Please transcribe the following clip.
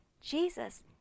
Jesus